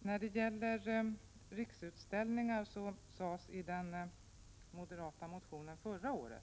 När det gäller Riksutställningar sades i den moderata motionen förra året